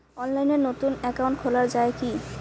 অনলাইনে নতুন একাউন্ট খোলা য়ায় কি?